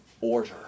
order